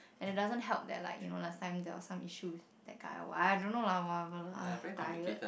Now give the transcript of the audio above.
and it doesn't help that like you know last time there was some issue with that guy wh~ I don't know lah whatever lah ah tired